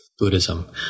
buddhism